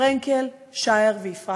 פרנקל, שער ויפרח.